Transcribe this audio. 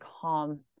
calm